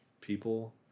people